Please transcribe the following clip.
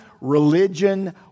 Religion